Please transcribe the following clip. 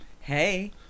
hey